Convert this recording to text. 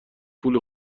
پول